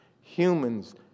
Humans